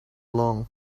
along